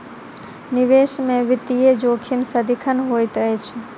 निवेश में वित्तीय जोखिम सदिखन होइत अछि